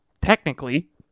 technically